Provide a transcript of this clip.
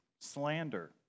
slander